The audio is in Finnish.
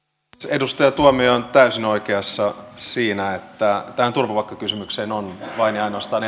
edustaja tuomioja on täysin oikeassa siinä että tähän turvapaikkakysymykseen on vain ja ainoastaan